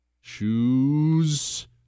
shoes